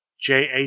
JAC